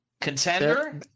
contender